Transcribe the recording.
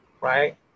right